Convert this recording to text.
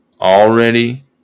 already